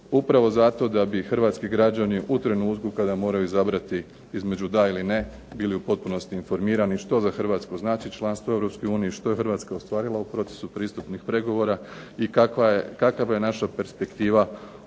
upravo zato da bi hrvatski građani u trenutku kada moraju izabrati između da ili ne bili u potpunosti informirani što za Hrvatsku znači članstvo u Europskoj uniji, što je Hrvatska ostvarila u procesu pristupnih pregovora i kakva je naša perspektiva u Uniji